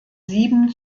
sieben